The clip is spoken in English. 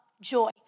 joy